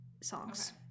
Songs